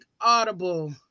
Audible